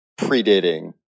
predating